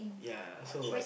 ya so like